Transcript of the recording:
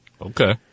Okay